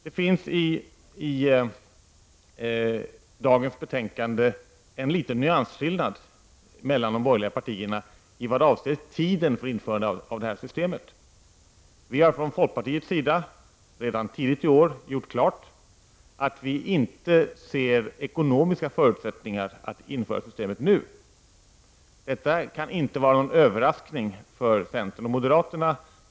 Det finns i dagens betänkande en liten nyansskillnad mellan de borgerliga partierna med avseende på tiden för införande av detta system. Vi har från folkpartiets sida redan tidigt i år gjort klart att vi inte ser ekonomiska förutsättningar att införa detta system nu. Detta kan inte vara någon överraskning för centern och moderaterna.